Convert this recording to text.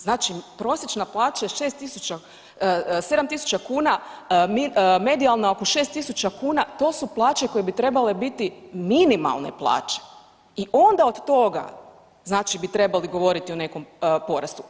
Znači prosječna plaća je 7.000 kuna, medijalna oko 6.000 kuna, to su plaće koje bi trebale biti minimalne plaće i onda od toga znači bi trebali govoriti o nekom porastu.